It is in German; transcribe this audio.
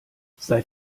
seit